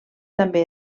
també